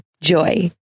Joy